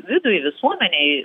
vidui visuomenei